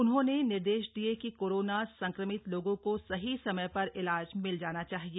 उन्होंने निर्देश दिये कि कोरोना संक्रमित लोगों को सही समय पर इलाज मिल जाना चाहिए